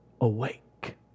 awake